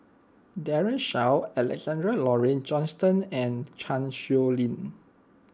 Daren Shiau Alexander Laurie Johnston and Chan Sow Lin